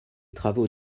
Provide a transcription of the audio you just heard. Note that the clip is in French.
travaux